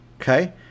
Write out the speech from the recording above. okay